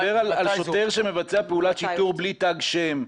אני מדבר על שוטר שמבצע פעולת שיטור בלי תג שם,